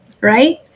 right